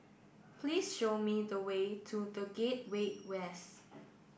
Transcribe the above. please show me the way to The Gateway West